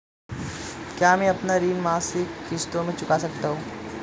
क्या मैं अपना ऋण मासिक किश्तों में चुका सकता हूँ?